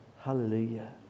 Hallelujah